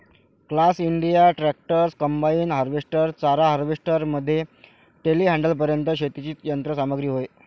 class India tractors, combine harvester, चारा harvester मध्ये टेलीहँडलरपर्यंत शेतीची यंत्र सामग्री होय